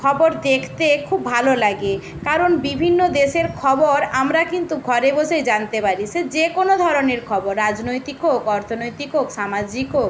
খবর দেখতে খুব ভালো লাগে কারণ বিভিন্ন দেশের খবর আমরা কিন্তু ঘরে বসেই জানতে পারি সে যে কোনো ধরনের খবর রাজনৈতিক হোক অর্থনৈতিক হোক সামাজিক হোক